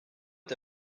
est